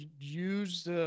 use